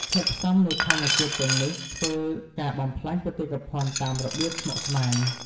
ធាតុផ្សំនៃធម្មជាតិទាំងនេះ ធ្វើការបំផ្លាញបេតិកភណ្ឌតាមរបៀបស្មុគស្មាញ។